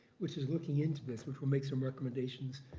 which is looking into this. which will make some recommendations,